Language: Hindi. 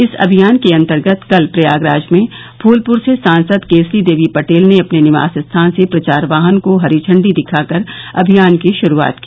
इस अभियान के अन्तर्गत कल प्रयागराज में फूलपुर से सांसद केसरीदेवी पटेल ने अपने निवास स्थान से प्रचार वाहन को हरी झंडी दिखाकर अभियान की शुरूआत की